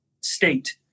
state